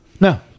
No